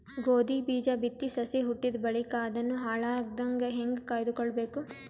ಗೋಧಿ ಬೀಜ ಬಿತ್ತಿ ಸಸಿ ಹುಟ್ಟಿದ ಬಳಿಕ ಅದನ್ನು ಹಾಳಾಗದಂಗ ಹೇಂಗ ಕಾಯ್ದುಕೊಳಬೇಕು?